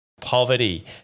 poverty